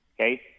okay